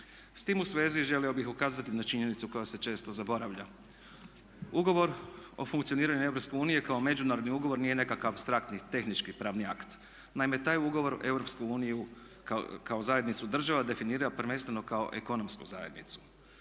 S tim u svezi želio bih ukazati na činjenicu koja se često zaboravlja. Ugovor o funkcioniranju EU kao međunarodni ugovor nije nekakav straktni, tehnički pravni akt. Naime, taj ugovor EU kao zajednicu država definira prvenstveno kao ekonomsku zajednicu.